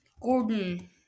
Gordon